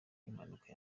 impanuka